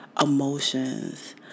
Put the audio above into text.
emotions